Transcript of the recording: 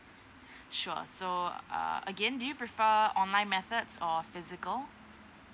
sure so uh again do you prefer online methods or physical